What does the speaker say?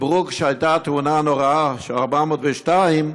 כשהייתה התאונה הנוראה של 402,